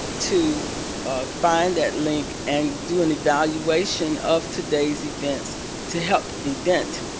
to find that link and do an evaluation of today's events to help event,